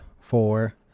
four